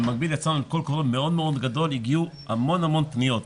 במקביל יצא קול קורא גדול מאוד, הגיעו המון פניות.